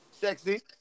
Sexy